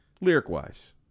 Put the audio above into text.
lyric-wise